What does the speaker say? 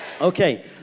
okay